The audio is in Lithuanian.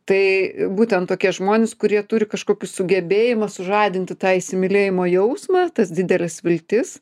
tai būtent tokie žmonės kurie turi kažkokį sugebėjimą sužadinti tą įsimylėjimo jausmą tas dideles viltis